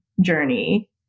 Journey